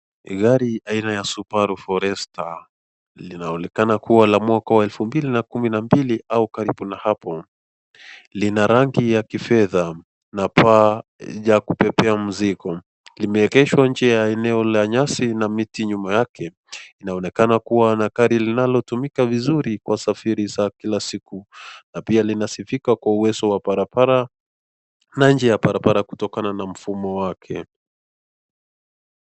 Ni gari aina ya (Subaru Forester). Linaonekana kuwa la mwaka 2022 au karibu na hapo . Lina rangi ya kifedha na paa ya kubebea mzigo . Limeengeshwa enje ya eneo ya nyasi na mti nyuma yake . Linaonekana kuwa ni gari linalo tumika vizuri kwa safiri za kila siku na pia linasifika kwa uwezo wa barabara na nje ya barabara kutokana na mfumo wake.